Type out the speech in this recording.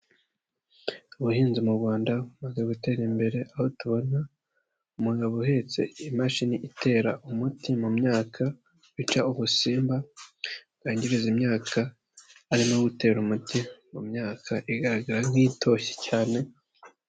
Ubuhinzi mu rwanda bumaze gutera imbere, aho tubona umugabo uhetse imashini itera umuti mu myaka, bica ubusimba, bwangiza imyaka, arimo gutera umuti mu myaka, igaragara nk'itoshye cyane.